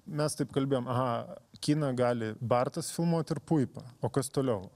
mes taip kalbėjom aha kiną gali bartas filmuot ir puipa o kas toliau